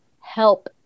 help